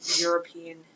European